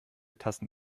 tassen